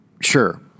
sure